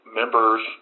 members